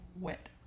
wet